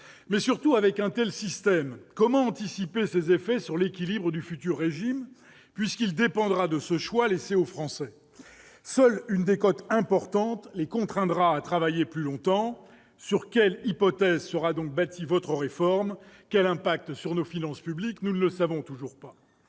de courage ! Surtout, comment anticiper les effets d'un tel système sur l'équilibre du futur régime, puisqu'il dépendra de ce choix laissé aux Français ? Seule une décote importante les contraindra à travailler plus longtemps. Sur quelles hypothèses sera donc bâtie la réforme ? Quel sera son impact sur nos finances publiques ? Nous ne le savons toujours pas.